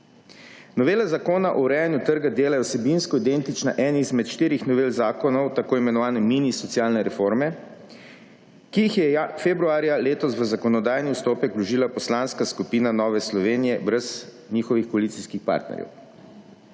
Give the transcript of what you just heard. Novela zakona o urejanju trga dela je vsebinsko identična eni izmed štirih novel zakonov, tako imenovane mini socialne reforme, ki jih je februarja letos v zakonodajni postopek vložila poslanska skupina Nove Slovenije brez njihovih koalicijskih partnerjev.